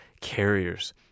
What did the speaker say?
carriers